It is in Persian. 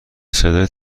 صدای